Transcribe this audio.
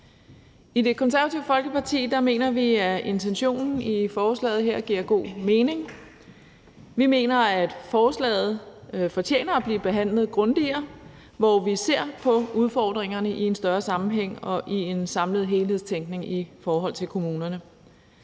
I Det Konservative Folkeparti mener vi, at intentionen i forslaget giver god mening. Vi mener, at forslaget fortjener at blive behandlet grundigere, hvor vi ser på udfordringerne i en større sammenhæng og i en samlet helhedstænkning i forhold til kommunerne.